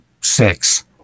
six